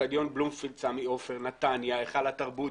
אצטדיון בלומפילד, סמי עופר, נתניה, היכל התרבות.